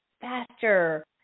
faster